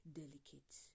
delicate